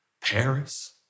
Paris